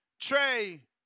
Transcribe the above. Trey